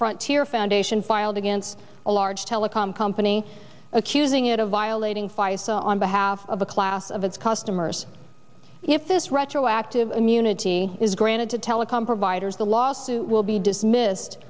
frontier foundation filed against a large telecom company accusing it of violating faisel on behalf of a class of its customers if this retroactive immunity is granted to telecom providers the lawsuit will be dismissed